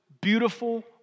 beautiful